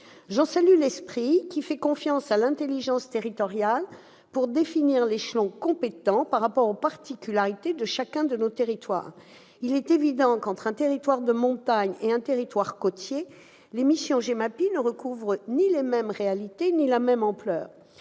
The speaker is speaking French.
J'en salue l'esprit, qui fait confiance à l'intelligence territoriale pour définir l'échelon compétent par rapport aux particularités de chacun de nos territoires. Il est évident que, dans un territoire de montagne et un territoire côtier, les missions GEMAPI ne recouvrent ni les mêmes réalités ni la même ampleur.